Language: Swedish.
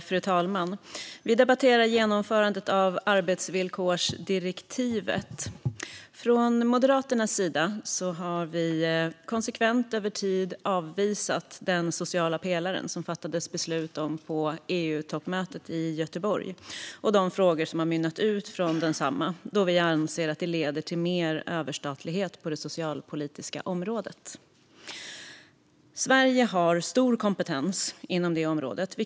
Fru talman! Vi debatterar genomförandet av arbetsvillkorsdirektivet. Från Moderaternas sida har vi konsekvent över tid avvisat den sociala pelaren, som det fattades beslut om på EU-toppmötet i Göteborg, och de frågor som har mynnat ut från densamma, då vi anser att det leder till mer överstatlighet på det socialpolitiska området. Sverige har stor kompetens inom detta område.